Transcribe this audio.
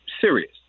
serious